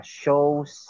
shows